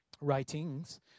writings